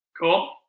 Cool